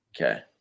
Okay